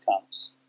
comes